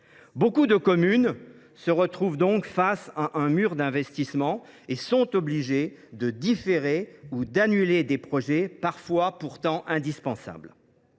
Beaucoup de communes se retrouvent donc face à un mur d’investissement et sont obligées de différer ou d’annuler des projets, parfois pourtant indispensables.